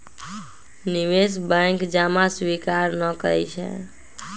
निवेश बैंक जमा स्वीकार न करइ छै